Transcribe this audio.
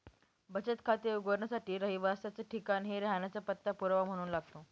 बचत खाते उघडण्यासाठी रहिवासाच ठिकाण हे राहण्याचा पत्ता पुरावा म्हणून लागतो